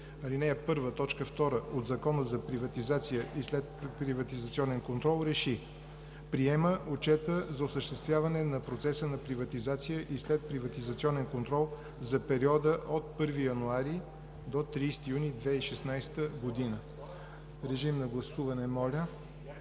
1, т. 2 от Закона за приватизация и следприватизационен контрол РЕШИ: Приема Отчета за осъществяване на процеса на приватизация и следприватизационен контрол за периода от 1 януари до 30 юни 2016 г.“ Гласуваме.